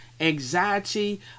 anxiety